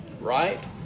right